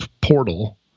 portal